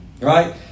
right